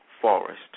forest